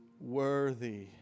Worthy